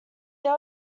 they